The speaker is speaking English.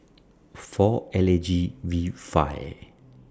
four L A G V five